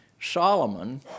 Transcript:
Solomon